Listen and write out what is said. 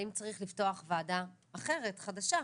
האם צריך לפתוח ועדה אחרת, חדשה?